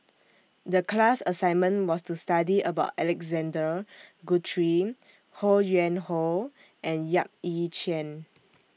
The class assignment was to study about Alexander Guthrie Ho Yuen Hoe and Yap Ee Chian